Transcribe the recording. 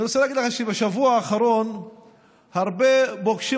אני רוצה להגיד לך שבשבוע האחרון הרבה פוגשים